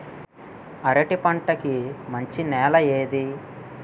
అరటి పంట కి మంచి నెల ఏది?